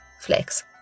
flex